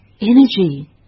Energy